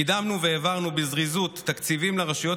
קידמנו והעברנו בזריזות תקציבים לרשויות